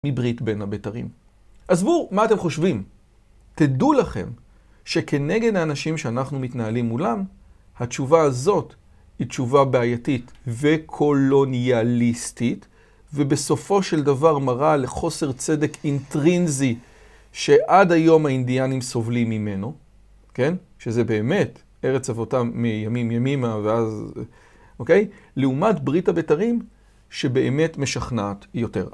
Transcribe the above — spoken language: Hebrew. מברית בין הבתרים. עזבו, מה אתם חושבים? תדעו לכם שכנגד האנשים שאנחנו מתנהלים מולם, התשובה הזאת היא תשובה בעייתית וקולוניאליסטית, ובסופו של דבר מראה לחוסר צדק אינטרנזי שעד היום האינדיאנים סובלים ממנו, כן? שזה באמת ארץ אבותם מימים ימימה ואז, אוקיי? לעומת ברית הבתרים שבאמת משכנעת יותר.